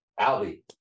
Albie